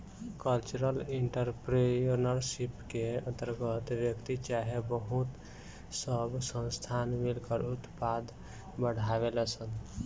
cultural entrepreneurship के अंतर्गत व्यक्ति चाहे बहुत सब संस्थान मिलकर उत्पाद बढ़ावेलन सन